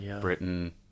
Britain